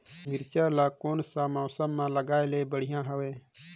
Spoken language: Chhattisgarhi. मिरचा ला कोन सा मौसम मां लगाय ले बढ़िया हवे